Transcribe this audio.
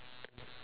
it's black